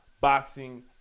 boxing